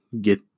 get